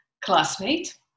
classmate